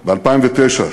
ב-2009,